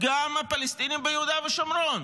גם הפלסטינים ביהודה ושומרון.